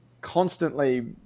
constantly